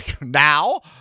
now